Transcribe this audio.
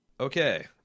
Okay